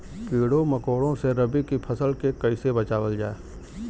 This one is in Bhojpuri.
कीड़ों मकोड़ों से रबी की फसल के कइसे बचावल जा?